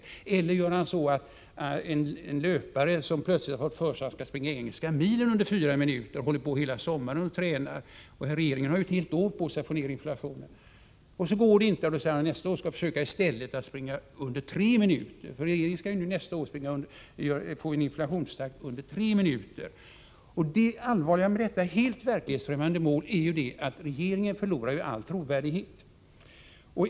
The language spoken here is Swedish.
Man kan också göra en jämförelse med en löpare som plötsligt får för sig att han skall springa engelska milen under 4 minuter och håller på hela sommaren och tränar. Regeringen har ju ett helt år på sig att få ned inflationen. När löparen inte klarar detta bestämmer han sig för att nästa år försöka springa milen på en tid under 3 minuter. Regeringen skall ju nästa år åstadkomma en inflationstakt under 3 96. Det allvarliga med detta helt verklighetsfrämmande mål är att regeringen förlorar all trovärdighet.